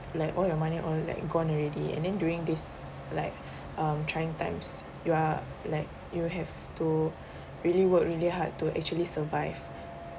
like all your money all like gone already and then during this like um trying times you are like you have to really work really hard to actually survive